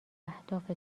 اهداف